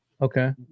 okay